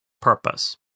purpose